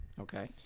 Okay